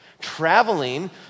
Traveling